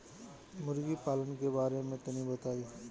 मुर्गी पालन के बारे में तनी बताई?